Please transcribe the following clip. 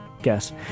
guess